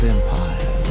Empire